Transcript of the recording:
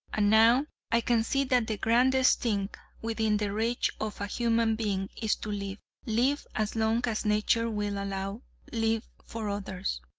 and now i can see that the grandest thing within the reach of a human being is to live live as long as nature will allow live for others.